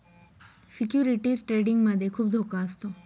securities trading मध्ये खुप धोका असतो